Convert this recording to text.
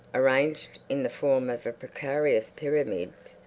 arranged in the form of precarious pyramids,